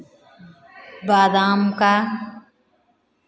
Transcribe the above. बादाम का